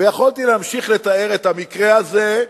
יכולתי להמשיך לתאר את המקרה הזה,